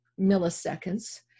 milliseconds